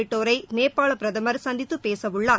உள்ளிட்டோரை நேபாள பிரதமர் சந்தித்து பேசவுள்ளார்